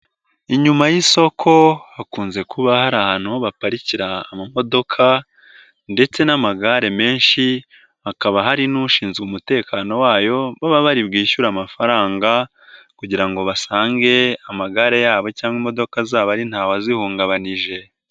Inyuma y'isoko hakunze kuba hari ahantu baparikira amamodoka ndetse n'amagare menshi hakaba hari n'ushinzwe umutekano wayo baba bari bwishyure amafaranga kugira ngo basange amagare yabo cyangwa imodoka zabo ari nta wazihungabanyije.